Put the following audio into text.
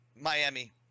Miami